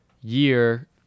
year